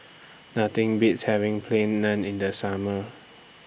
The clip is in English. Nothing Beats having Plain Naan in The Summer